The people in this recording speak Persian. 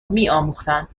میآموختند